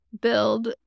build